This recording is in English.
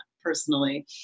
personally